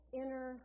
inner